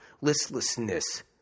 listlessness